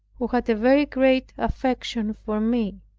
who had a very great affection for me.